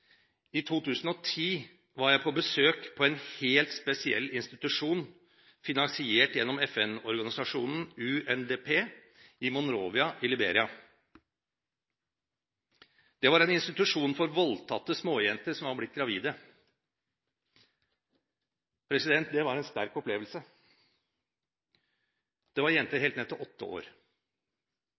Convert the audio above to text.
I 2010 var jeg på besøk på en helt spesiell institusjon finansiert gjennom FN-organisasjonen UNDP i Monrovia i Liberia. Det var en institusjon for voldtatte småjenter som var blitt gravide. Det var en sterk opplevelse. Det var jenter helt ned til åtte år.